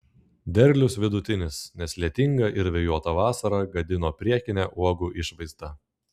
derlius vidutinis nes lietinga ir vėjuota vasara gadino prekinę uogų išvaizdą